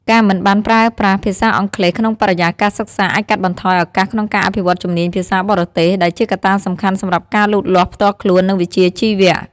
ការមិនបានប្រើប្រាស់ភាសាអង់គ្លេសក្នុងបរិយាកាសសិក្សាអាចកាត់បន្ថយឱកាសក្នុងការអភិវឌ្ឍជំនាញភាសាបរទេស ដែលជាកត្តាសំខាន់សម្រាប់ការលូតលាស់ផ្ទាល់ខ្លួន និងវិជ្ជាជីវៈ។